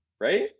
right